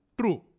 True